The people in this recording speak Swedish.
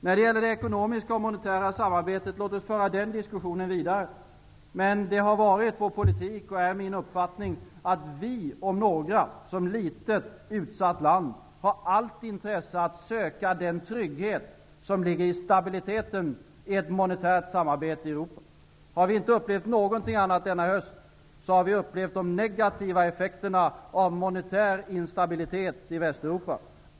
När det gäller det ekonomiska och monetära samarbetet vill jag säga: Låt oss föra den diskussionen vidare! Men det har varit vår politik, och är min uppfattning, att vi om några -- som litet utsatt land -- har allt intresse av att söka den trygghet som ligger i stabiliteten i ett monetärt samarbete i Europa. Har vi inte upplevt något annat denna höst, så har vi upplevt de negativa effekterna av monetär instabilitet i Västeuropa.